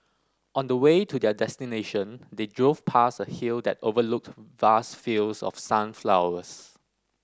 on the way to their destination they drove past a hill that overlooked vast fields of sunflowers